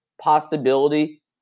possibility